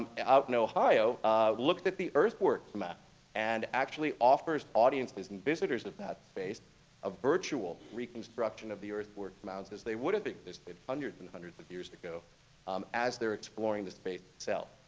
out in ohio looked at the earthwork map and actually offers audiences and visitors of that space a virtual reconstruction of the earthwork mounds as they would have existed hundreds and hundreds of years ago um as they're exploring the state itself.